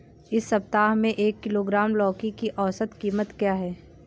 इस सप्ताह में एक किलोग्राम लौकी की औसत कीमत क्या है?